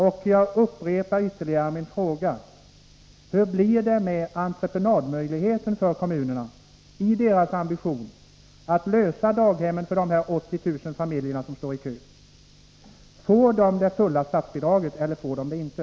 Och jag upprepar min fråga: Hur blir det med entreprenadmöjligheten för kommunerna när det gäller deras ambition att lösa daghemsfrågan för de här 80 000 familjerna som står i kö? Får de det fulla statsbidraget eller får de det inte?